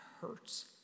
hurts